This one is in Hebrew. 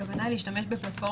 אני לגמרי תומך בזאת.